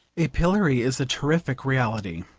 a pillory is a terrific reality.